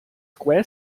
square